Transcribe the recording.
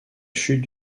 chute